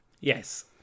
Yes